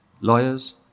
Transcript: lawyers